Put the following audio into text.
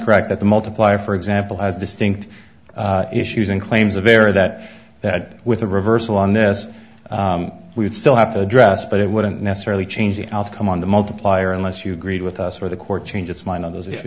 correct that the multiplier for example has distinct issues and claims of error that that with a reversal on this we would still have to address but it wouldn't necessarily change the outcome on the multiplier unless you agreed with us where the court changed its mind on those